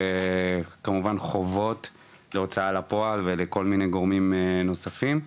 וכמובן חובות להוצאה לפועל ולכל מיני גורמים נוספים.